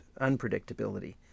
unpredictability